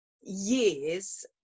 years